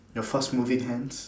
your fast moving hands